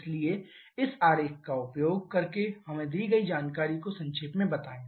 इसलिए इस आरेख का उपयोग करके हमें दी गई जानकारी को संक्षेप में बताएं